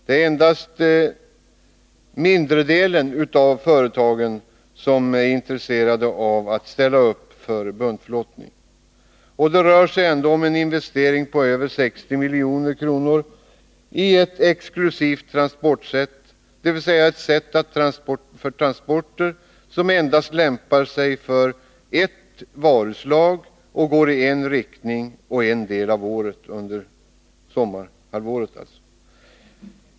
Det är endast mindredelen av företagen som är intresserade av att ställa upp för buntflottning. Det rör sig ändå om en investering på över 60 milj.kr. i ett exklusivt transportsätt, dvs. ett sätt att transportera som endast lämpar sig för ett varuslag och går i en riktning under en del av året, nämligen under sommarhalvåret.